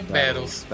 battles